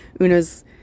Una's